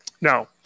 Now